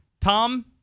Tom